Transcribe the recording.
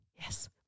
Yes